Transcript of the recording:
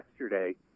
yesterday